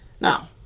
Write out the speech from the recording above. Now